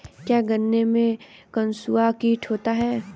क्या गन्नों में कंसुआ कीट होता है?